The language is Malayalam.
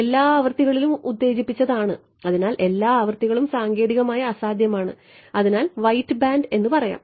എല്ലാ ആവൃത്തികളിലും ഉത്തേജിപ്പിച്ചതാണ് അതിനാൽ എല്ലാ ആവൃത്തികളും സാങ്കേതികമായി അസാധ്യമാണ് അതിനാൽ വൈറ്റ് ബാൻഡ് എന്നു പറയാം